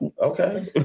Okay